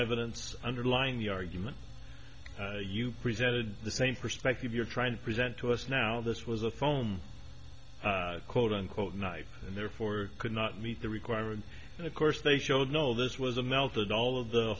evidence underlying the argument you presented the same perspective you're trying to present to us now this was a foam quote unquote night and therefore could not meet the requirement and of course they showed no this was a melted all of the